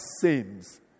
sins